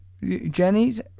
Jenny's